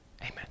Amen